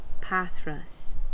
Pathras